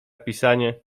pisanie